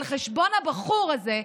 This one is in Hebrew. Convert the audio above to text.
על חשבון הבחור הזה.